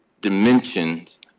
dimensions